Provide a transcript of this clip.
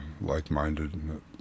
like-minded